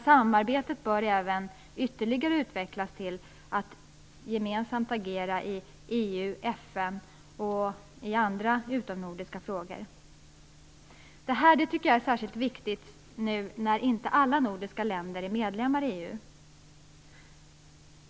Samarbetet bör ytterligare utvecklas till att gemensamt agera i EU och FN Jag tycker att detta är särskilt viktigt nu när inte alla nordiska länder är medlemmar i EU.